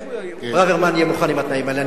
הוא מוכן גם בלי התנאים האלה.